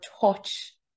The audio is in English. touch